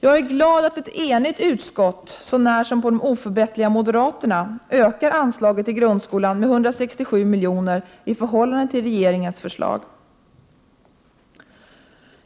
Jag är glad att ett enigt utskott, så när som på de oförbätterliga moderaterna, vill öka anslaget till grundskolan med 167 miljoner i förhållande till regeringens budgetförslag.